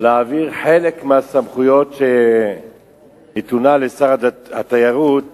להעביר חלק מהסמכויות שנתונות לשר התיירות